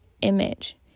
image